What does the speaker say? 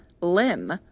limb